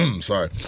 Sorry